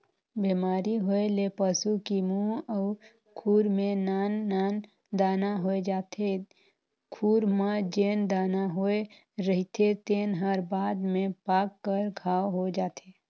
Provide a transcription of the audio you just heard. बेमारी होए ले पसू की मूंह अउ खूर में नान नान दाना होय जाथे, खूर म जेन दाना होए रहिथे तेन हर बाद में पाक कर घांव हो जाथे